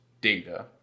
data